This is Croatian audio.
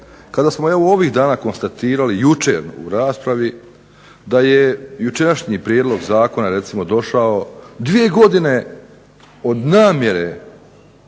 kada smo evo ovih dana konstatirali, jučer u raspravi da je jučerašnji prijedlog zakona recimo došao dvije godine od namjere